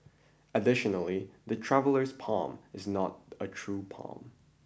additionally the Traveller's Palm is not a true palm